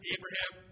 Abraham